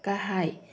गाहाय